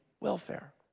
welfare